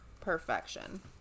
Perfection